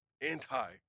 anti